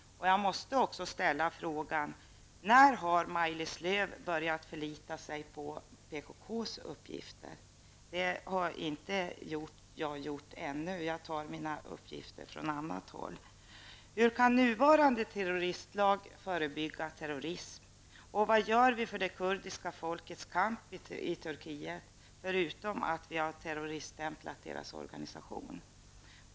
Jag måste även ställa frågan: När har Maj-Lis Lööw börjat förlita sig på PKKs uppgifter? Det har inte jag gjort ännu. Jag tar mina uppgifter från annat håll. Vad gör vi för det kurdiska folkets kamp i Turkiet, förutom att vi har terroriststämplat deras organisation?